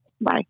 Bye